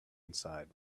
inside